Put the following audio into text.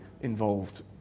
involved